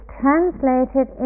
translated